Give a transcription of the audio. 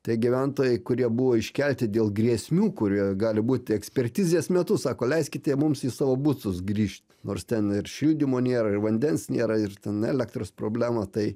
tai gyventojai kurie buvo iškelti dėl grėsmių kurie gali būti ekspertizės metu sako leiskite mums į savo būstus grįžt nors ten ir šildymo nėra ir vandens nėra ir ten elektros problema tai